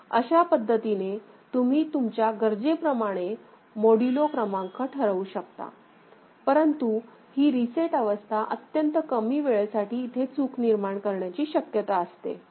अशा पद्धतीने तुम्ही तुमच्या गरजेप्रमाणे मॉड्यूलो क्रमांक ठरवू शकता परंतु ही रिसेट अवस्था अत्यंत कमी वेळेसाठी इथे चूक निर्माण करण्याची शक्यता असते